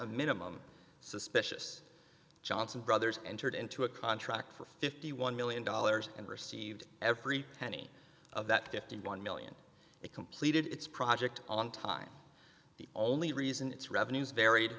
minimum suspicious johnson brothers entered into a contract for fifty one million dollars and received every penny of that fifty one million dollars they completed its project on time the only reason its revenues varied